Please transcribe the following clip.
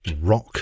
rock